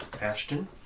Ashton